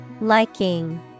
Liking